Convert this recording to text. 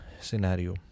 scenario